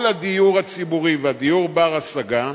כל הדיור הציבורי והדיור בר-ההשגה,